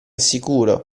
sicuro